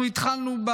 אנחנו התחלנו.